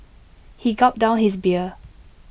he gulped down his beer